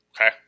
okay